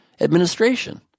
administration